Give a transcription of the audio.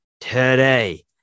Today